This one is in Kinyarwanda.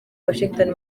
washington